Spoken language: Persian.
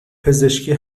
پزشکی